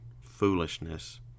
foolishness